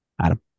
Adam